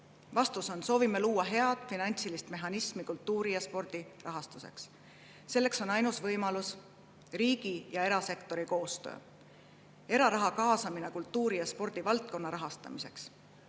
Vastus on: soovime luua head finantsilist mehhanismi kultuuri ja spordi rahastuseks. Selleks on ainus võimalus riigi ja erasektori koostöö, eraraha kaasamine kultuuri- ja spordivaldkonna rahastamiseks.